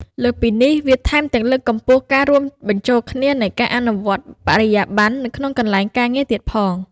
លើសពីនេះ វាថែមទាំងលើកកម្ពស់ការរួមបញ្ចូលគ្នានៃការអនុវត្តន៍បរិយាប័ន្ននៅក្នុងកន្លែងការងារទៀតផង។